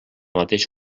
mateix